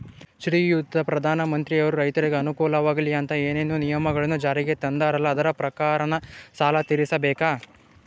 ಶ್ರೀಯುತ ಪ್ರಧಾನಮಂತ್ರಿಯವರು ರೈತರಿಗೆ ಅನುಕೂಲವಾಗಲಿ ಅಂತ ಏನೇನು ನಿಯಮಗಳನ್ನು ಜಾರಿಗೆ ತಂದಾರಲ್ಲ ಅದರ ಪ್ರಕಾರನ ಸಾಲ ತೀರಿಸಬೇಕಾ?